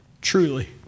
truly